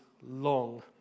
long